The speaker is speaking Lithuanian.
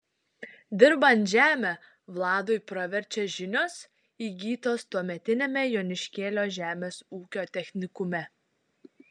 dirbant žemę vladui praverčia žinios įgytos tuometiniame joniškėlio žemės ūkio technikume